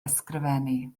ysgrifennu